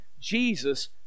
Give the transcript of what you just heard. Jesus